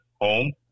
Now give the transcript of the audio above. Home